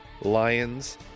Lions